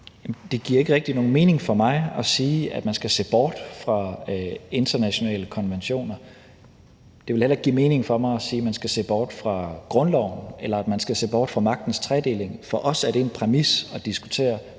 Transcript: Det giver ikke rigtig nogen mening for mig at sige, at man skal se bort fra internationale konventioner. Det vil heller ikke give mening for mig at sige, at man skal se bort fra grundloven, eller at man skal se bort fra magtens tredeling – for os er det en præmis at diskutere